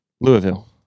Louisville